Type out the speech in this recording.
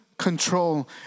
control